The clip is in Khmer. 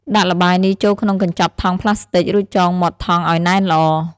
ដាក់ល្បាយនេះចូលក្នុងកញ្ចប់ថង់ផ្លាស្ទិក រួចចងមាត់ថង់ឲ្យណែនល្អ។